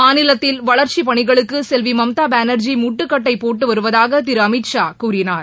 மாநிலத்தில் வளர்ச்சி பணிகளுக்கு செல்வி மம்தா பானார்ஜி முட்டுக்கட்டை போட்டுவருவதாக திரு அமித் ஷா கூறினார்